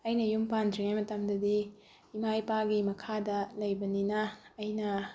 ꯑꯩꯅ ꯌꯨꯝ ꯄꯥꯟꯗ꯭ꯔꯤꯉꯩ ꯃꯇꯝꯗꯗꯤ ꯏꯃꯥ ꯏꯄꯥꯒꯤ ꯃꯈꯥꯗ ꯂꯩꯕꯅꯤꯅ ꯑꯩꯅ